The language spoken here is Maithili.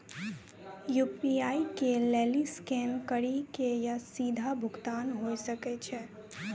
यू.पी.आई के लेली स्कैन करि के या सीधा भुगतान हुये सकै छै